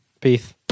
Peace